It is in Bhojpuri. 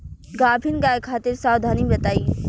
गाभिन गाय खातिर सावधानी बताई?